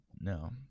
No